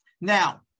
Now